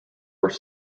were